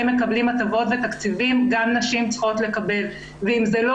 מקבלים הטבות ותקציבים גם נשים צריכות לקבל ואם זה לא